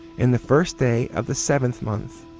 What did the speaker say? in the first day of the seventh month.